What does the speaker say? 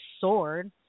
sword